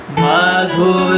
madhu